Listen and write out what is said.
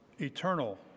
eternal